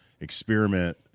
experiment